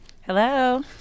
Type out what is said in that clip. Hello